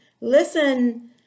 listen